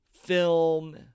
film